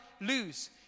lose